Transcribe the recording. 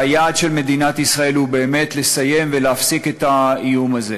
והיעד של מדינת ישראל הוא באמת לסיים ולהפסיק את האיום הזה.